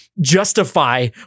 Justify